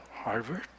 Harvard